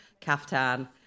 caftan